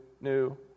new